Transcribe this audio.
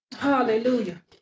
Hallelujah